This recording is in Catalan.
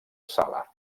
sala